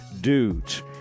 dudes